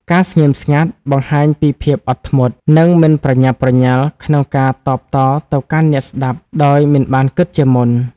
ការស្ងៀមស្ងាត់ បង្ហាញពីភាពអត់ធ្មត់ និងមិនប្រញាប់ប្រញាល់ក្នុងការតបតទៅកាន់អ្នកស្តាប់ដោយមិនបានគិតជាមុន។